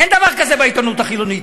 אין דבר כזה בעיתונות החילונית,